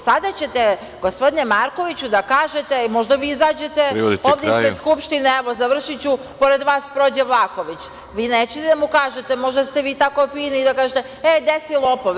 Sada ćete, gospodine Markoviću, da kažete, možda vi izađete ovde ispred Skupštine, evo završiću, pored vas prođe Vlahović, vi nećete da mu kažete, možda ste vi tako fini da kažete – e, gde si lopove?